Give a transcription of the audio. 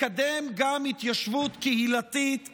לקדם גם התיישבות קהילתית כפרית,